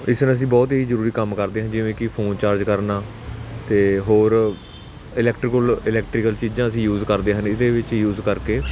ਇਸ ਨਾਲ ਅਸੀਂ ਬਹੁਤ ਹੀ ਜ਼ਰੂਰੀ ਕੰਮ ਕਰਦੇ ਜਿਵੇਂ ਕਿ ਫੋਨ ਚਾਰਜ ਕਰਨਾ ਅਤੇ ਹੋਰ ਇਲੈਕਟਰੀਕੁਲ ਇਲੈਕਟਰੀਕਲ ਚੀਜ਼ਾਂ ਅਸੀਂ ਯੂਜ਼ ਕਰਦੇ ਹਾਂ ਇਹਦੇ ਵਿੱਚ ਯੂਜ਼ ਕਰਕੇ